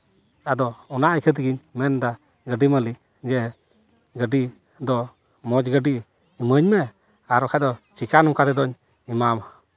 ᱟᱫᱚ ᱚᱱᱟ ᱤᱭᱠᱷᱟᱹ ᱛᱮᱜᱮᱧ ᱢᱮᱱᱫᱟ ᱜᱟᱹᱰᱤ ᱢᱟᱹᱞᱤᱠ ᱡᱮ ᱜᱟᱹᱰᱤ ᱫᱚ ᱢᱚᱡᱽ ᱜᱟᱹᱰᱤ ᱤᱢᱟᱹᱧ ᱢᱮ ᱟᱨ ᱵᱟᱠᱷᱟᱡ ᱫᱚ ᱪᱤᱠᱟ ᱱᱚᱝᱠᱟ ᱛᱮᱫᱚᱧ ᱮᱢᱟᱢᱟ